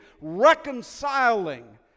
reconciling